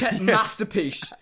masterpiece